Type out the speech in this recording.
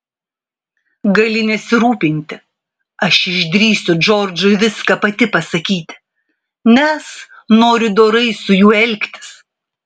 gali nesirūpinti aš išdrįsiu džordžui viską pati pasakyti nes noriu dorai su juo elgtis